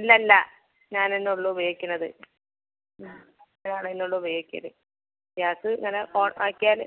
ഇല്ലല്ലാ ഞാനേന്നെ ഉള്ളു ഉപയോഗിക്കണത് ഞാൻ തന്നെ ഉള്ളു ഉപയോഗിക്കൽ ഗ്യാസ് ഇങ്ങനെ ഓൺ ആക്കിയാൽ